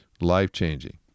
life-changing